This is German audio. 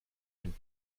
dem